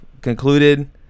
concluded